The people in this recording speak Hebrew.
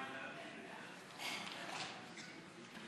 ההסתייגות (9)